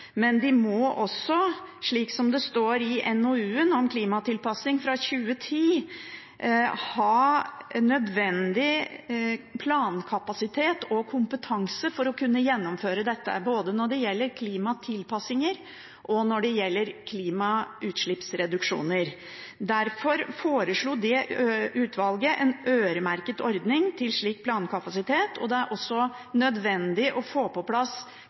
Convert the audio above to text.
Men de må også, slik som det står i NOU-en fra 2010 om klimatilpassing, ha nødvendig plankapasitet og kompetanse for å kunne gjennomføre dette, både når det gjelder klimatilpassinger, og når det gjelder klimagassreduksjoner. Derfor foreslo det utvalget en øremerket ordning til slik plankapasitet. Det er også nødvendig å få på plass